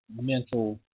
Mental